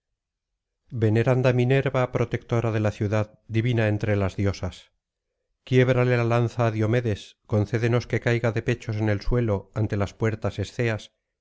veneranda minerva protectora de la ciudad divina entre las diosas quiébrale la lanza á diomedes concédenos que caiga de pechos en el suelo ante las puertas esceas